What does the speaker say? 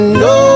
no